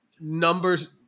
numbers